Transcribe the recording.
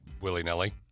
willy-nilly